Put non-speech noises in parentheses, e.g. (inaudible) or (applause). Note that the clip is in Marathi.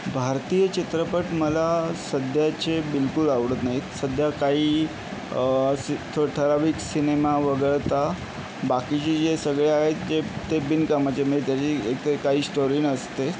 भारतीय चित्रपट मला सध्याचे बिलकुल आवडत नाहीत सध्या काही ठराविक सिनेमा वगळता बाकीचे जे सगळे आहेत ते ते बिनकामाचे म्हणजे त्याची (unintelligible) काही स्टोरी नसते